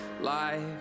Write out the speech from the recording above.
life